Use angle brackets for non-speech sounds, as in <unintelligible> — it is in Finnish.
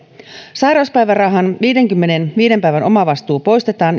sairauspäivärahan viidenkymmenenviiden päivän omavastuu poistetaan <unintelligible>